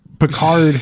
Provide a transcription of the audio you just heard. Picard